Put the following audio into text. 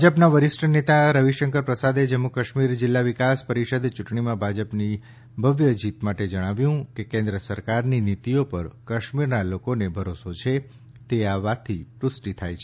ભાજપના વરિષ્ઠ નેતા રવિશંકર પ્રસાદે જમ્મુકાશ્મીર જિલ્લા વિકાસ પરિષદ યૂંટણીમાં ભાજપની ભવ્ય જીત માટે જણાવ્યું કે કેન્દ્ર સરકારની નીતીઓ પર કાશ્મીરના લોકોને ભરોસો છે તે વાતની પુષ્ટિ થાય છે